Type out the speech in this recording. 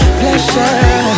pleasure